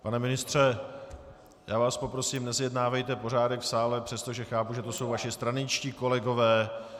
Pane ministře, já vás poprosím, nezjednávejte pořádek v sále, přestože chápu, že to jsou vaši straničtí kolegové.